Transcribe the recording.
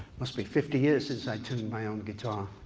must be fifty years since i tuned my own guitar.